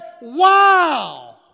wow